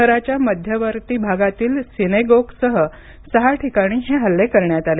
शहराच्या मध्यवर्ती भागातील सिनेगोगसह सहा ठिकाणी हे हल्ले करण्यात आले